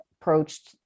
approached